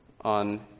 on